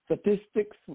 statistics